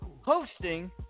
hosting